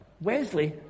Wesley